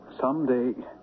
Someday